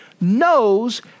knows